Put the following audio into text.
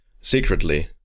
secretly